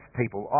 people